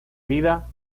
vida